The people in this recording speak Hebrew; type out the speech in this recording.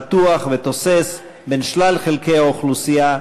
פתוח ותוסס בין שלל חלקי האוכלוסייה,